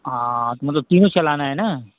मतलब तीनों चलाना है न